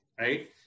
right